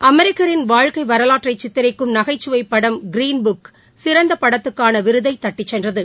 அமெரிக்கரின் வாழ்க்கை வரவாற்றை சித்தரிக்கும் நகைச்சுவை படம் கிரின் புக் சிறந்த படத்துக்கான விருதை தட்டிச்சென்றது